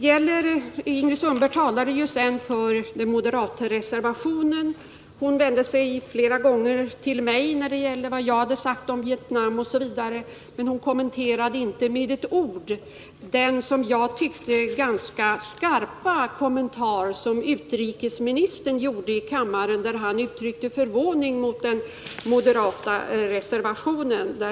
Ingrid Sundberg talade sedan för moderatreservationen. Hon kommenterade flera gånger vad jag hade sagt om Vietnam, men hon kommenterade inte med ett ord de som jag tyckte ganska skarpa formuleringar i vilka utrikesministern uttryckte sin förvåning över den moderata reservationen.